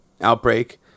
outbreak